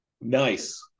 Nice